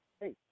Hey